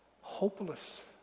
hopeless